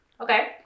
Okay